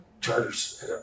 charters